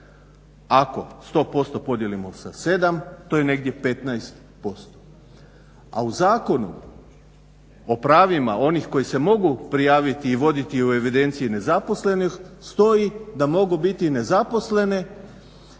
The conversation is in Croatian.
Ako 100% podijelimo sa 7 to je negdje 15%. A u Zakonu o pravima onih koji se mogu prijaviti i voditi u evidenciji nezaposlenih stoji da mogu biti nezaposlene